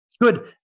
Good